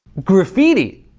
graffiti.